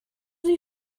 sie